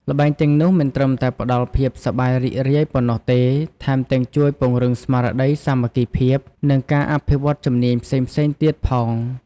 ល្បែងទាំងនោះមិនត្រឹមតែផ្ដល់ភាពសប្បាយរីករាយប៉ុណ្ណោះទេ ថែមទាំងជួយពង្រឹងស្មារតីសាមគ្គីភាព និងការអភិវឌ្ឍជំនាញផ្សេងៗទៀតផង។